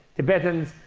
tibetans,